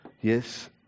Yes